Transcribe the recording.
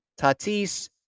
Tatis